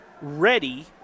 ready